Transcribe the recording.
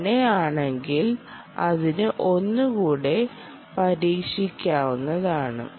അങ്ങനെ ആണെങ്കിൽ അതിനു ഒന്നുകൂടെ പരീക്ഷിക്കാവുന്നതാണ്